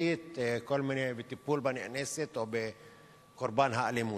משטרתית וטיפול בנאנסת או בקורבן האלימות,